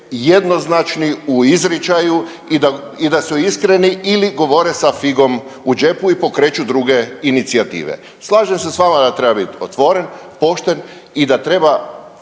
jednoznačni u izričaju i da su iskreni ili govore sa figom u džepu i pokreću druge inicijative. Slažem se s vama da treba biti otvoren, pošten i da treba